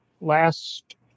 last